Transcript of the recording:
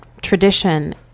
tradition